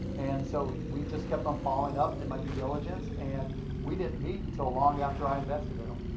and so we just kept on following up, did my due diligence, and we didn't meet until long after i invested in him.